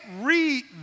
read